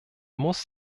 muss